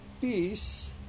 Peace